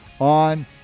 on